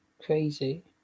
Crazy